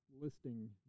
Listing